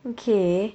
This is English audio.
okay